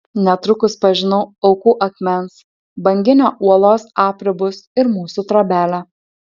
netrukus pažinau aukų akmens banginio uolos apribus ir mūsų trobelę